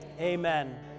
amen